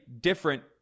different